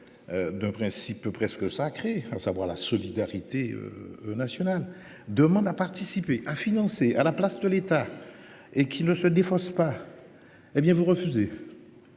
De principe presque sacré à savoir la solidarité. Nationale demande à participer à financer à la place de l'État et qui ne se défausse pas. Hé bien vous refusez.